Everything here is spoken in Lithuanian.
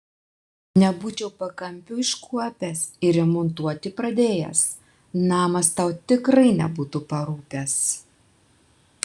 nebūčiau pakampių iškuopęs ir remontuoti pradėjęs namas tau tikrai nebūtų parūpęs